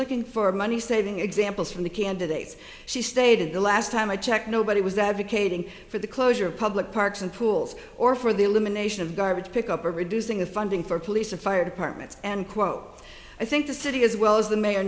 looking for money saving examples from the candidates she stated the last time i checked nobody was advocating for the closure public parks and pools or for the elimination garbage pickup for reducing the funding for police and fire departments and khloe i think the city as well as the mayor